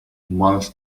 month